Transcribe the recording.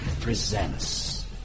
presents